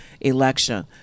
election